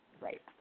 Right